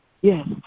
yes